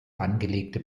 angelegte